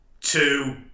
two